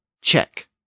check